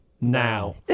now